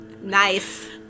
nice